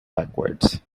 backwards